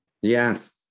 Yes